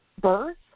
birth